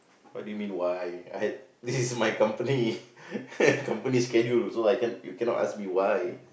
what do you mean why I had this is my company company schedule also I can you cannot ask me why